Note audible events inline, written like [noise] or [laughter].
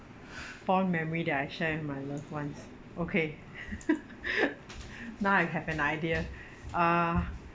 fond memory that I share with my loved ones okay [laughs] now I have an idea uh